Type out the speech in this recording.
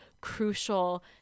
crucial